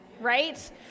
right